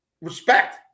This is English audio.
respect